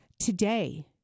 today